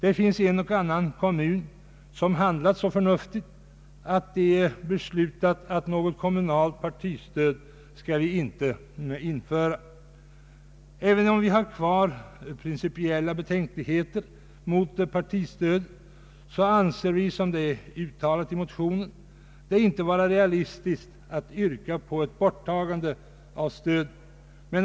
Även om vi har kvar principiella betänkligheter mot partistödet anser vi, som vi uttalat i motionen, att det inte är realistiskt att yrka på ett borttagande av stödet.